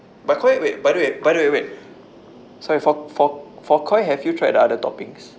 but Koi wait by the way by the way wait sorry for for for Koi have you tried the other toppings